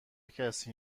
کسی